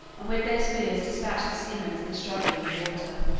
and with their spears despatched the seamen as they struggled in the water.